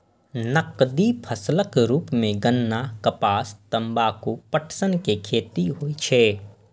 नकदी फसलक रूप मे गन्ना, कपास, तंबाकू, पटसन के खेती होइ छै